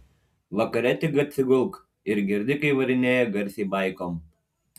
vakare tik atsigulk ir girdi kaip varinėja garsiai baikom